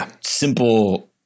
simple